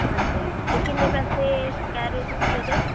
ਹਾਂਜੀ ਹਾਂਜੀ ਅਤੇ ਕਿੰਨੇ ਪੈਸੇ ਕਹਿ ਰਹੇ ਹੋ ਤੁਸੀਂ ਉਹਦੇ